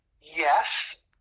Yes